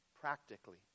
practically